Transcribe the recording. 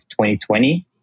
2020